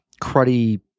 cruddy